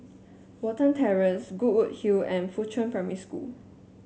Watten Terrace Goodwood Hill and Fuchun Primary School